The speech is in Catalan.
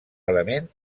element